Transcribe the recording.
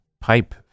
pipe